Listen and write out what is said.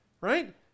right